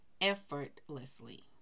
effortlessly